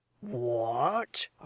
What